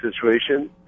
situation